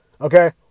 Okay